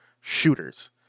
shooters